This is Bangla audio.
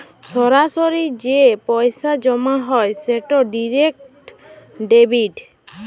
সরাসরি যে পইসা জমা হ্যয় সেট ডিরেক্ট ডেবিট